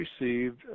received